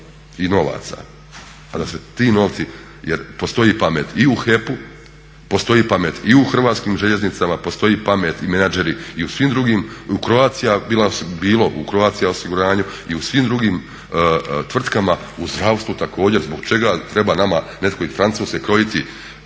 i novaca, a da se ti novci, jer postoji pamet i u HEP-u, postoji pamet i u Hrvatskim željeznicama, postoji pamet i menadžeri i u svim drugim, u Croatia osiguranju i u svim drugim tvrtkama, u zdravstvu također. Zbog čega treba nama netko iz Francuske krojiti